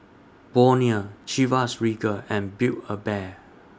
Bonia Chivas Regal and Build A Bear